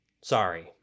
sorry